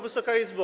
Wysoka Izbo!